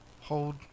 hold